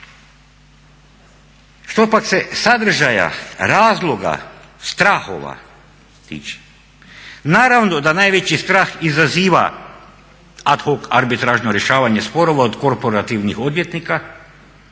Što pak se sadržaja razloga strahova tiče, naravno da najveći strah izaziva ad hoc arbitražno rješavanje sporova od korporativnih odvjetnika